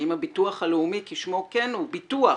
האם הביטוח הלאומי, כשמו כן הוא, ביטוח.